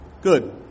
Good